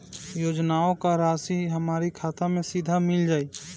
योजनाओं का राशि हमारी खाता मे सीधा मिल जाई?